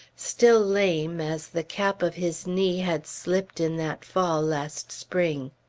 still lame, as the cap of his knee had slipped in that fall last spring.